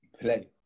play